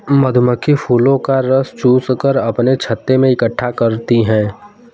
मधुमक्खी फूलों का रस चूस कर अपने छत्ते में इकट्ठा करती हैं